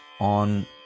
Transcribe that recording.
on